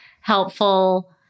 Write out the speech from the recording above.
helpful